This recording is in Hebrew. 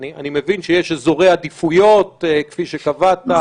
אני מבין שיש אזורי עדיפויות, כפי שקבעת.